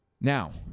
Now